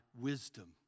wisdom